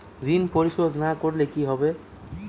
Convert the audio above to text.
ঋণ পরিশোধ না করলে কি হবে?